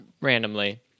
randomly